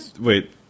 Wait